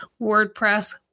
WordPress